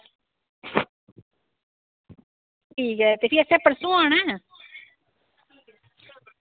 ते ठीक ऐ फिर असें परसों आना